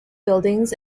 buildings